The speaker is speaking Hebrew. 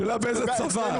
השאלה באיזה צבא.